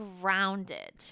grounded